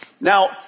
Now